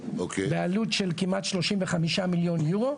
בעלות של כמעט 35 מיליון יורו.